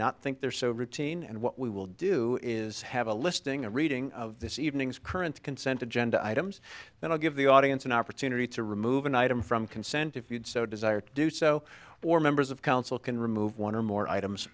not think they're so routine and what we will do is have a listing a reading of this evening's current consent agenda items then i'll give the audience an opportunity to remove an item from consent if you'd so desire to do so or members of council can remove one or more items